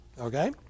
okay